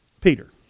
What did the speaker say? Peter